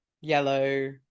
yellow